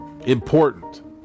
important